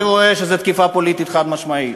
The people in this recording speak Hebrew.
אני רואה שזה תקיפה פוליטית חד-משמעית.